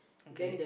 okay